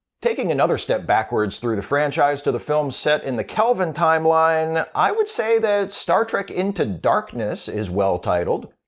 taking another step backwards through the franchise to the films set in the kelvin timeline, i would say that star trek into darkness is well titled.